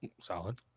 solid